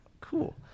Cool